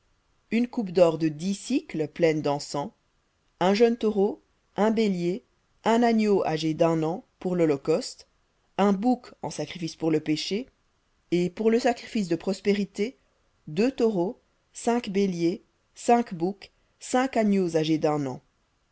une coupe d'or de dix pleine dencens un jeune taureau un bélier un agneau âgé d'un an pour lholocauste un bouc en sacrifice pour le péché et pour le sacrifice de prospérités deux taureaux cinq béliers cinq boucs cinq agneaux âgés d'un an